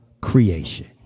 creation